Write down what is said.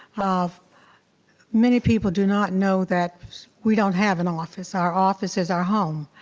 um many people do not know that we don't have an office. our office is our home.